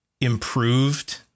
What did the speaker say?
improved